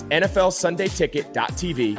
nflsundayticket.tv